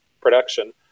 production